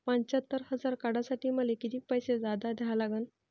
पंच्यात्तर हजार काढासाठी मले कितीक पैसे जादा द्या लागन?